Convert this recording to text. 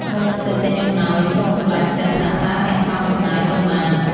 មុននឹងទៅទិញអំណោយ សូមសម្រេចចិត្តថាតើអ្នកចង់ចំណាយប៉ុន្មាន។